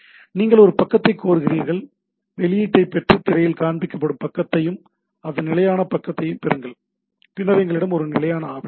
நீங்கள் ஒரு பக்கத்தைக் கோருகிறீர்கள் வெளியீட்டைப் பெற்று திரையில் காண்பிக்கப்படும் பக்கத்தையும் அதன் நிலையான பக்கத்தையும் பெறுங்கள் பின்னர் எங்களிடம் ஒரு நிலையான ஆவணம் உள்ளது